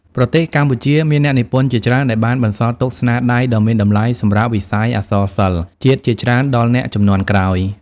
ប្រទេសកម្ពុជា មានអ្នកនិពន្ធជាច្រើនដែលបានបន្សល់ទុកស្នាដៃ ដ៏មានតម្លៃសម្រាប់វិស័យអក្សរសិល្ប៍ជាតិជាច្រើនដល់អ្នកជំនាន់ក្រោយ។